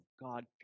God